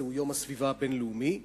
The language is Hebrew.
זהו יום הסביבה הבין-לאומי,